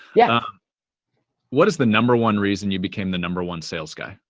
yeah what is the number one reason you became the number one sales guy?